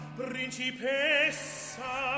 principessa